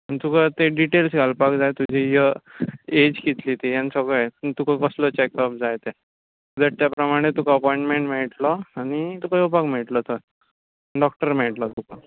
आनी तुका ते डिटेल्स घालपाक जाय तुजे य एज कितली ती आनी सगळें तुका कसलो चॅकअप जाय तें सो दॅट त्या प्रमाणे तुका अपॉयण्टमँट मेळटलो आनी तुका येवपाक मेळटलो थंय डॉक्टर मेळटलो तुका